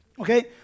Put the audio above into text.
okay